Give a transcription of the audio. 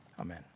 amen